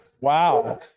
wow